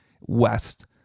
west